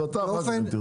ואתה אחר כך אם תרצה.